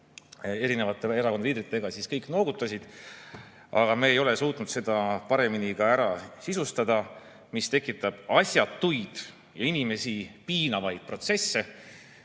erinevate erakondade liidritega, siis kõik noogutasid, aga me ei ole suutnud seda paremini ära sisustada. See tekitab asjatuid ja inimesi piinavaid protsesse